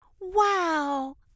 Wow